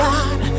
God